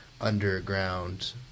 underground